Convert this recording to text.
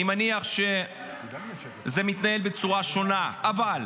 אני מניח שזה מתנהל בצורה שונה, אבל,